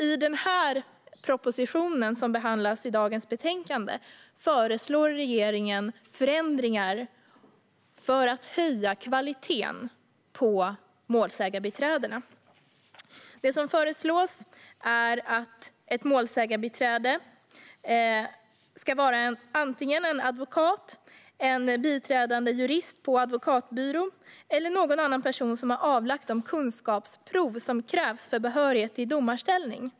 I den proposition som behandlas i betänkandet föreslår regeringen förändringar för att höja kvaliteten på målsägandebiträdena. Det som föreslås är att ett målsägandebiträde ska vara antingen en advokat, en biträdande jurist på advokatbyrå eller någon annan person som har avlagt de kunskapsprov som behövs för behörighet till domarställning.